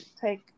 take